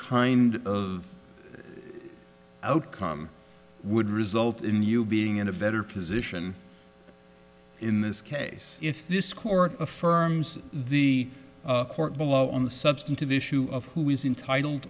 kind of outcome would result in you being in a better position in this case if this court affirms the court below on the substantive issue of who is entitle